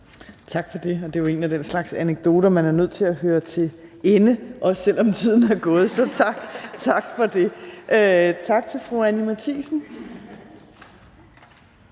Tak for det. Det er jo en af den slags anekdoter, man er nødt til at høre til ende, også selv om tiden er gået. Så tak for det. Tak til fru Anni Matthiesen.